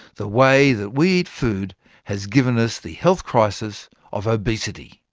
the way that we eat food has given us the health crisis of obesity.